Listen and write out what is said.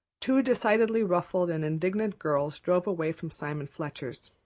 two decidedly ruffled and indignant girls drove away from simon fletcher's.